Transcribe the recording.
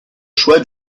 choix